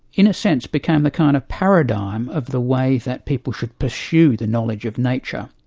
in a sense, became a kind of paradigm of the way that people should pursue the knowledge of nature.